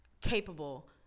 capable